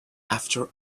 after